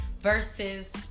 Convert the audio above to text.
Versus